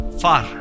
far